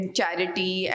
charity